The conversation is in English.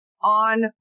on